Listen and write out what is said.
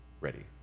ready